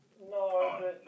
no